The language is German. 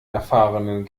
erfahrenen